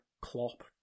Klopp